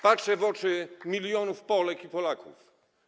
Patrzę w oczy milionów Polek i Polaków.